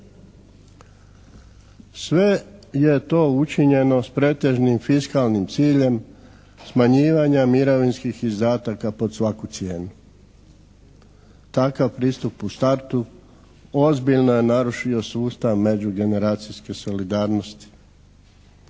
Sve je to učinjeno s pretežnim fiskalnim ciljem smanjivanja mirovinskih izdataka pod svaku cijenu. Takav pristup u startu ozbiljno je narušio sustav međugeneracijske solidarnosti.